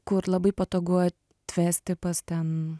kur labai patogu atvesti pas ten